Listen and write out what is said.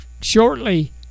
shortly